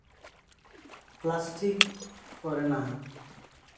plastic ᱠᱚᱨᱮᱱᱟᱜ